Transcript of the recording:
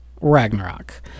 Ragnarok